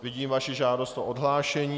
Vidím vaši žádost o odhlášení.